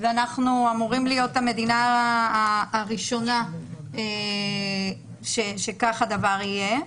ואנחנו אמורים להיות המדינה הראשונה שכך הדבר יהיה,